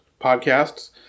podcasts